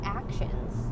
actions